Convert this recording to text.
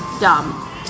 dumb